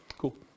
Cool